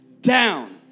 down